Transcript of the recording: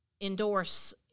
endorse